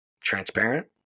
transparent